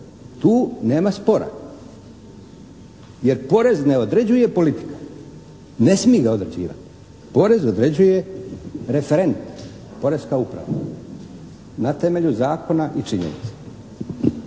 Tu nema spora jer porez ne određuje politika, ne smije ga određivati. Porez određuje referendum, poreska uprava na temelju zakona i činjenica.